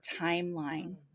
timeline